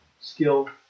skill